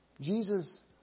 Jesus